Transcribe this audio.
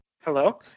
Hello